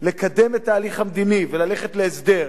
לקדם את התהליך המדיני וללכת להסדר,